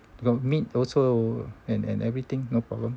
got meat also and and everything no problem